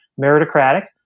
meritocratic